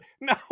no